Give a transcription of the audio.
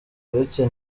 uretse